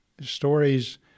stories